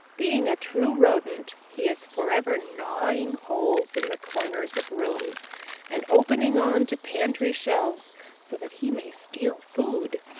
being a true rodent he is forever gnawing holes in the corners of rooms and opening on to pantry shelves so that he may steal food.